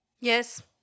Yes